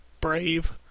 Brave